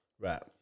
Right